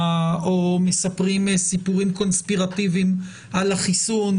או מספרים סיפורים קונספירטיביים על החיסון,